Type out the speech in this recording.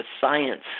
science